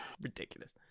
Ridiculous